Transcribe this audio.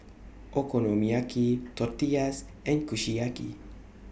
Okonomiyaki Tortillas and Kushiyaki